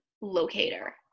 locator